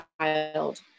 child